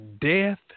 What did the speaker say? death